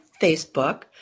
Facebook